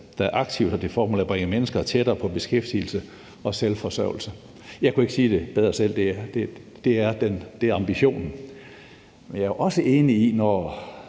der aktivt har det formål at bringe mennesker tættere på beskæftigelse og selvforsørgelse.« Jeg kunne ikke sige det bedre selv. Det er ambitionen. Jeg er også enig, når